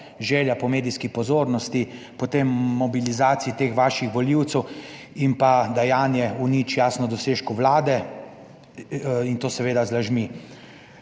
želja po medijski pozornosti, potem mobilizaciji teh vaših volivcev in pa dajanje v nič jasno dosežku Vlade in to seveda z lažmi.